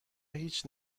هیچ